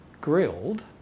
grilled